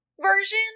version